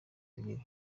ebyiri